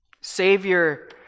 Savior